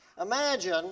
Imagine